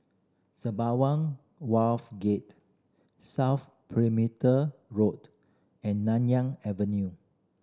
Sembawang Wharve Gate South Perimeter Road and Nanyang Avenue